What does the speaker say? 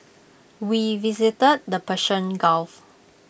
we visited the Persian gulf